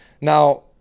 Now